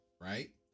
right